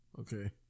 Okay